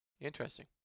Interesting